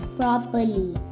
properly